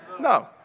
no